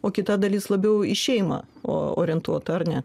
o kita dalis labiau į šeimą orientuota ar ne